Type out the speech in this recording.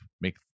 make